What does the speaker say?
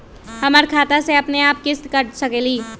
हमर खाता से अपनेआप किस्त काट सकेली?